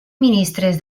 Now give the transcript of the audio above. ministres